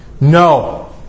No